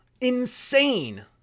Insane